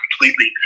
completely